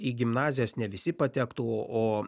į gimnazijas ne visi patektų o